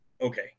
okay